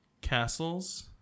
castles